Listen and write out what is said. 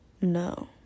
no